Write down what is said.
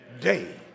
Day